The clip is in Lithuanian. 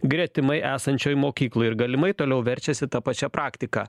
gretimai esančioj mokykloj ir galimai toliau verčiasi ta pačia praktika